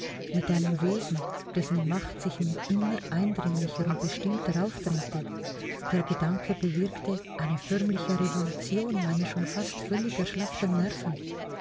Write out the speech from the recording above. mit einem wesen dessen macht sich mir immer eindringlicher und bestimmter aufdrängte der gedanke bewirkte eine förmliche revolution meiner schon fast völlig erschlafften nerven